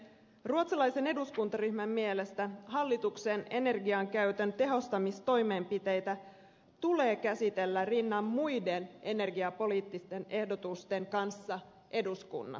ruotsalaisen eduskuntaryhmän mielestä hallituksen energiankäytön tehostamistoimenpiteitä tulee käsitellä rinnan muiden energiapoliittisten ehdotusten kanssa eduskunnassa